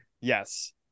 Yes